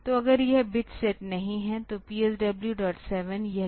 तो अगर यह बिट सेट नहीं है तो PSW7 यह कैरी बिट को करेस्पॉन्ड करता है